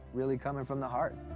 really, coming from the heart.